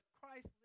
Christ